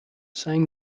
saying